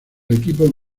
equipo